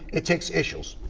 it takes issue.